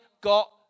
got